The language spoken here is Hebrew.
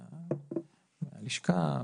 מהלשכה,